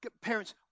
parents